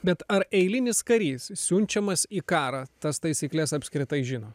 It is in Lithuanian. bet ar eilinis karys siunčiamas į karą tas taisykles apskritai žino